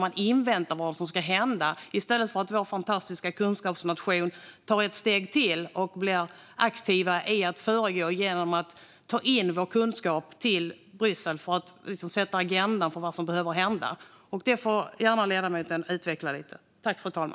Man inväntar vad som ska hända i stället för att vår fantastiska kunskapsnation tar ett steg till och blir aktiv genom att ta med vår kunskap till Bryssel för att sätta agendan. Det får ledamoten gärna utveckla.